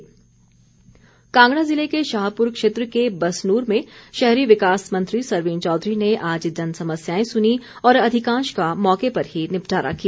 सरवीण चौधरी कांगड़ा ज़िले के शाहपुर क्षेत्र के बसनूर में शहरी विकास मंत्री सरवीण चौधरी ने आज जनसमस्याएं सुनीं और अधिकांश का मौके पर ही निपटारा किया